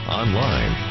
online